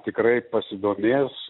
tikrai pasidomės